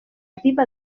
riba